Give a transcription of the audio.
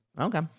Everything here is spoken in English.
Okay